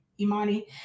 Imani